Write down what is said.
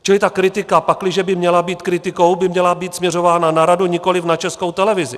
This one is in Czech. Čili ta kritika, pakliže by měla být kritikou, by měla být směřována na radu, nikoliv na Českou televizi.